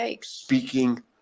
speaking